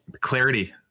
Clarity